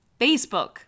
Facebook